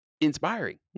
inspiring